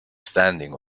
standing